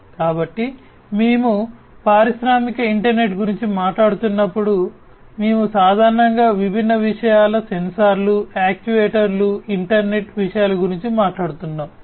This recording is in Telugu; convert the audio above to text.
కాబట్టి మేము పారిశ్రామిక ఇంటర్నెట్ గురించి మాట్లాడుతున్నప్పుడు మేము సాధారణంగా విభిన్న విషయాల సెన్సార్లు యాక్యుయేటర్లు ఇంటర్నెట్ విషయాల గురించి మాట్లాడుతున్నాము